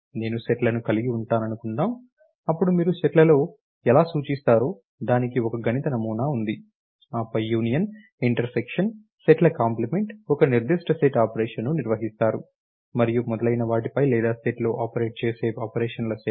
నేను సెట్లను కలిగి ఉన్నాననుకుందాం అప్పుడు మీరు సెట్లను ఎలా సూచిస్తారో దానికి ఒక గణిత నమూనా ఉంది ఆపై యూనియన్ ఇంటర్సెక్షన్ సెట్ల కాంప్లిమెంట్ ఒక నిర్దిష్ట సెట్ ఆపరేషన్ను నిర్వహిస్తారు మరియు మొదలైన వాటిపై లేదా సెట్లో ఆపరేటర్ చేసే ఆపరేషన్ల సెట్